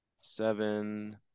seven